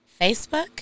facebook